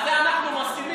על זה אנחנו מסכימים.